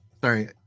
sorry